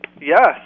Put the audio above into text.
Yes